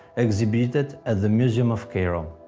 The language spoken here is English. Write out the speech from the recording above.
exhibited at the museum of cairo.